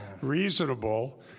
reasonable